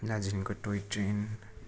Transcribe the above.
दार्जिलिङको toy train